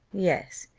yes,